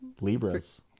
Libras